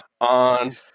on